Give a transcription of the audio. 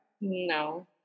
No